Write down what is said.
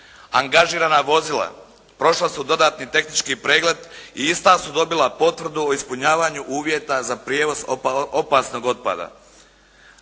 Angažirana vozila prošla su dodatni tehnički pregled i ista su dobila potvrdu o ispunjavanju uvjeta za prijenos opasnog otpada.